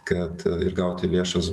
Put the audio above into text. kad ir gauti lėšas